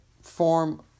form